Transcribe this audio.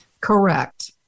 Correct